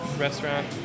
restaurant